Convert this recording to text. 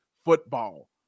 Football